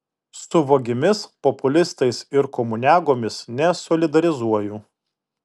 su vagimis populistais ir komuniagomis nesolidarizuoju